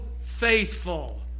faithful